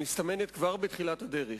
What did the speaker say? שמסתמנת כבר בתחילת הדרך,